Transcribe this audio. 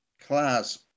class